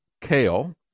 Kale